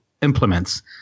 implements